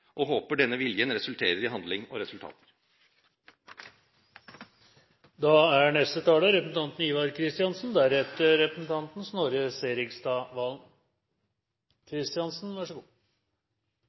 og håper denne viljen resulterer i handling og resultater. Jeg tror det er